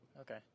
Okay